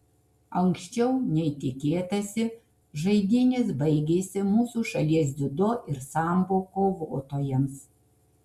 anksčiau nei tikėtasi žaidynės baigėsi mūsų šalies dziudo ir sambo kovotojams